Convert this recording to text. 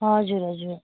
हजुर हजुर